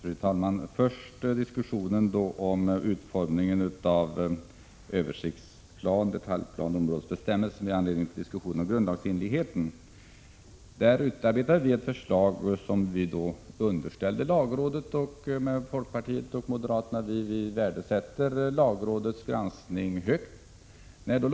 Fru talman! Får jag då först med anledning av diskussionen om grundlagsenligheten säga några ord om utformningen av översiktsplaner, detaljplaner och områdesbestämmelser. Vi utarbetade tillsammans med folkpartiet och moderaterna ett förslag som vi underställde lagrådet, vars granskning vi värderar högt.